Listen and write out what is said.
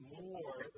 more